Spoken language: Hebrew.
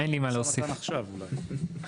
טוב,